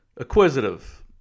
Acquisitive